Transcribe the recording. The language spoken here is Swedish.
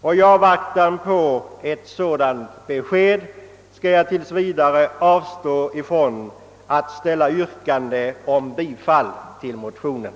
I avvaktan på ett sådant besked skall jag tills vidare avstå från att ställa yrkande om bifall till motionen.